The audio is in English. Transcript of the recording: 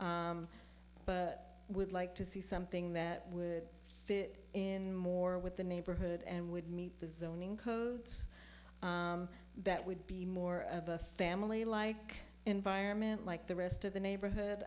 but would like to see something that would fit in more with the neighborhood and would meet the zoning codes that would be more of a family like environment like the rest of the neighborhood